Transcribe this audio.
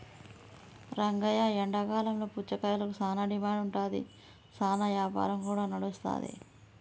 రంగయ్య ఎండాకాలంలో పుచ్చకాయలకు సానా డిమాండ్ ఉంటాది, సానా యాపారం కూడా నడుస్తాది